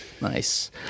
Nice